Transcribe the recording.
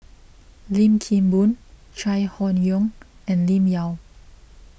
Lim Kim Boon Chai Hon Yoong and Lim Yau